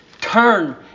turn